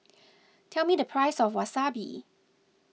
tell me the price of Wasabi